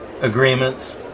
agreements